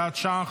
הוראת שעה,